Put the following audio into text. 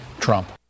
Trump